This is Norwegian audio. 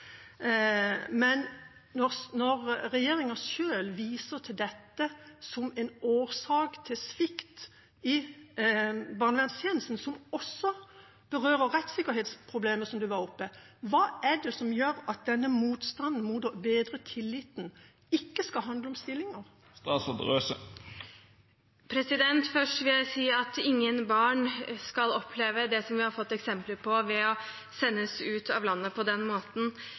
Men når regjeringa sjøl viser til dette som en årsak til svikt i barnevernstjenesten, som også berører rettssikkerhetsproblemet, som var oppe: Hva er det som gjør at denne motstanden mot å bedre tilliten ikke skal handle om stillinger? Først vil jeg si at ingen barn skal oppleve – som vi har fått eksempler på – å sendes ut av landet på den måten.